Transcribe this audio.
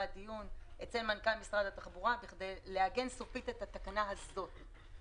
הדיון אצל מנכ"ל משרד התחבורה כדי לעגן סופית את התקנה הזאת.